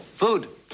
Food